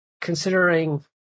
considering